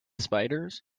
spiders